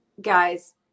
guys